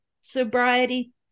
sobriety